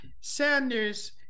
Sanders